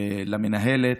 למנהלת,